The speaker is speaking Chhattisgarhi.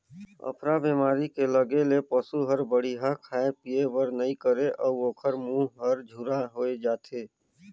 अफरा बेमारी के लगे ले पसू हर बड़िहा खाए पिए बर नइ करे अउ ओखर मूंह हर झूरा होय जाथे